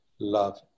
love